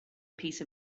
piece